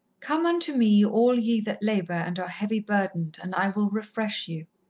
come unto me all ye that labour and are heavy burdened, and i will refresh you.